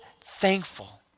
thankful